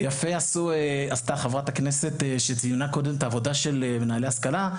ויפה עשתה חברת הכנסת שציינה קודם את העבודה של מנהלי השכלה,